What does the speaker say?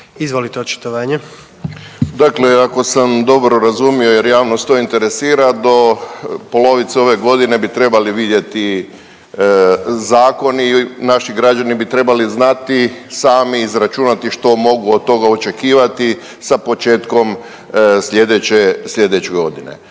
Silvano (HSU)** Dakle, ako sam dobro razumio jer javnost to interesira do polovice ove godine bi trebali vidjeti zakoni, naši građani bi trebali znati sami izračunati što mogu od toga očekivati sa početkom sljedeće godine.